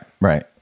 Right